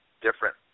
different